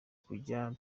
kujya